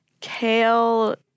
Kale